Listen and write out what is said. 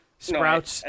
Sprouts